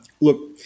Look